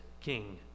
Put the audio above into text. king